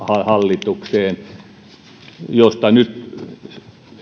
hallitukseen mistä nyt